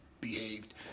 behaved